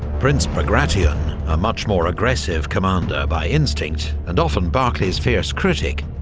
prince bagration, a much more aggressive commander by instinct, and often barclay's fierce critic,